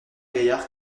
gaillard